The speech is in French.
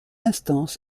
instance